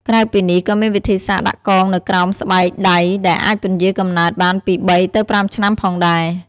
ក្រៅពីនេះ ក៏មានវិធីសាស្ត្រដាក់កងនៅក្រោមស្បែកដៃដែលអាចពន្យារកំណើតបានពី ៣ ទៅ ៥ ឆ្នាំផងដែរ។